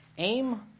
Aim